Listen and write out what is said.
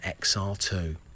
XR2